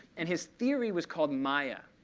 and his theory was called maya,